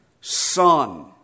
Son